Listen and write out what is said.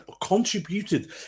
contributed